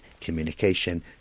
communication